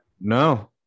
No